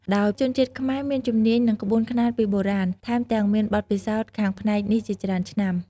ដោយជនជាតិខ្មែរមានជំនាញ និងក្បួនខ្នាតពីបុរាណ ថែមទាំងមានបទពិសោធន៍ខាងផ្នែកនេះជាច្រើនឆ្នាំ។